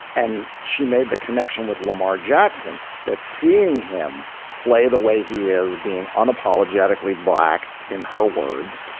and she made the connection with lamar jackson that seeing him play the way he is being unapologetically black, in her words,